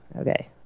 okay